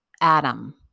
Adam